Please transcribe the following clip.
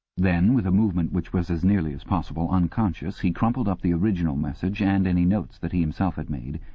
then, with a movement which was as nearly as possible unconscious, he crumpled up the original message and any notes that he himself had made,